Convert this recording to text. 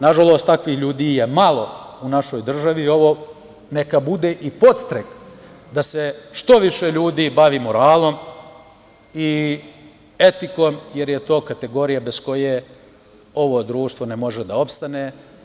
Nažalost, takvih ljudi je malo u našoj državi i ovo neka bude i podstrek da se što više ljudi bavi moralom i etikom, jer je to kategorija bez koje ovo društvo ne može da opstane.